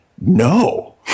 no